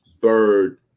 Bird